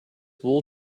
wool